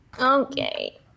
Okay